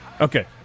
Okay